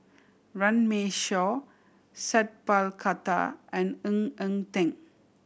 Runme Shaw Sat Pal Khattar and Ng Eng Teng